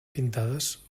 pintades